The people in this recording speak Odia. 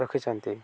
ରଖିଛନ୍ତି